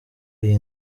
iyi